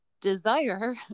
desire